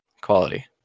Quality